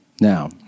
Now